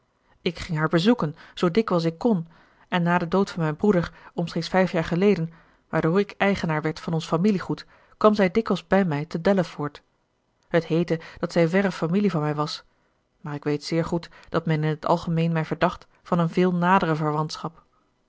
ik ging haar bezoeken zoo dikwijls ik kon en na den dood van mijn broeder omstreeks vijf jaar geleden waardoor ik eigenaar werd van ons familiegoed kwam zij dikwijls bij mij te delaford het heette dat zij verre familie van mij was maar ik weet zeer goed dat men in t algemeen mij verdacht van een veel